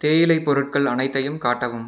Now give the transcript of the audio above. தேயிலை பொருட்கள் அனைத்தையும் காட்டவும்